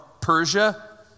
Persia